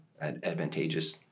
advantageous